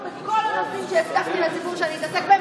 בכל הנושאים שהבטחתי לציבור שאני אתעסק בהם,